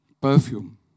perfume